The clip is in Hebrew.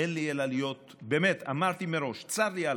אין לי אלא להיות, באמת, אמרתי מראש, צר לי עליו,